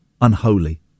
unholy